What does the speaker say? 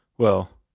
well,